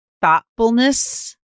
thoughtfulness